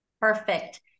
Perfect